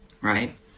right